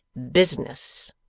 business,